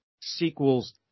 sequels